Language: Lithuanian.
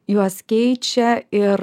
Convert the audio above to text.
juos keičia ir